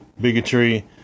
bigotry